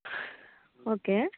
okay